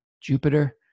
Jupiter